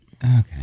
Okay